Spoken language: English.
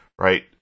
right